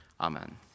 Amen